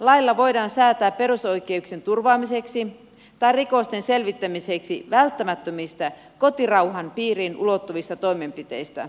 lailla voidaan säätää perusoikeuksien turvaamiseksi tai rikosten selvittämiseksi välttämättömistä kotirauhan piiriin ulottuvista toimenpiteistä